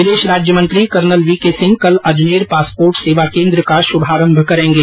विदेश राज्यमंत्री general V K Singh कल अजमेर पासपोर्ट सेवा केन्द्र का शुभारम्भ करेंगे